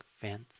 fence